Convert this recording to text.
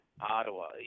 Ottawa